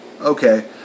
okay